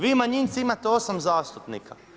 Vi manjinci imate 8 zastupnika.